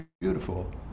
beautiful